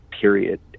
period